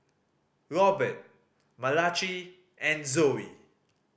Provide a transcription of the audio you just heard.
Robert Malachi and Zoie